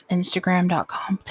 Instagram.com